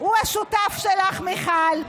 הוא השותף שלך, מיכל.